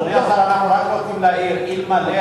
המפעל הזה הוא מפעל חינוכי